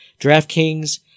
DraftKings